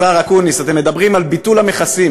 השר אקוניס, אתם מדברים על ביטול המכסים.